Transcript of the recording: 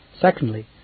Secondly